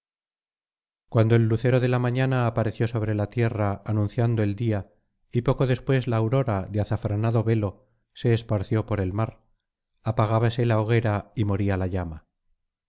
cuando el lucero de la mañana apareció sobre la tierra anunciando el día y poco después la aurora de azafranado velo se esparció por el mar apagábase la hoguera y moría la llama